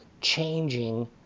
changing